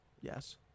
Yes